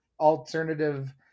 alternative